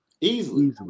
Easily